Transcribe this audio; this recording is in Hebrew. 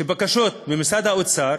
בקשות ממשרד האוצר,